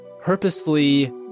purposefully